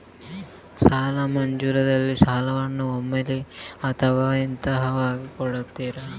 ಸಾಲ ಮಂಜೂರಾದರೆ ಸಾಲವನ್ನು ಒಮ್ಮೆಲೇ ಕೊಡುತ್ತೀರಾ ಅಥವಾ ಹಂತಹಂತವಾಗಿ ಕೊಡುತ್ತೀರಾ?